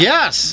Yes